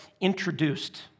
introduced